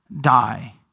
die